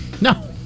No